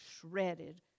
shredded